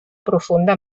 profunda